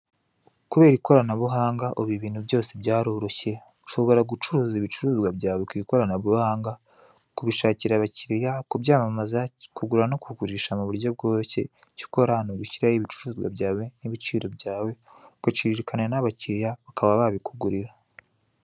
Kubera ikoranabuhanga ubu ibintu byose byaroroshye ushobora gucuruza ibicuruzwa byawe ku ikoranabuhanga kubishakira abakiriya, kubyamamaza, kugura no kugurisha mu buryo bworoshye icyo ukora ni ugushyiraho ibicuruzwa byawe n'ibiciro byawe ugaciririkanya n'abakiriya bakaba babikugurira.